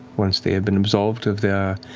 once they have been absolved of their